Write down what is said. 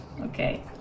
Okay